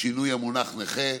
(שינוי המונח נכה),